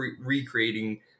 recreating